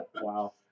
Wow